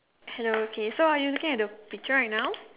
hello okay so are you looking at the picture right now